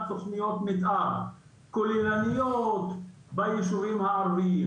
תכניות מתאר כוללניות ביישובים הערביים.